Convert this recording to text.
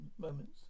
moments